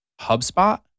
HubSpot